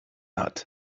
hat